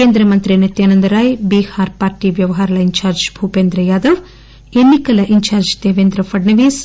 కేంద్రమంత్రి నిత్యానంద రాయ్ బీహార్ పార్టీ వ్యవహారాల in charge Bhupendra Yadav ఎన్నికల ఇన్చార్జి దేపేంద్ర ఫడ్నవీస్